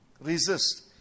resist